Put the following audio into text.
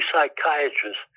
psychiatrists